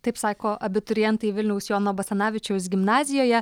taip sako abiturientai vilniaus jono basanavičiaus gimnazijoje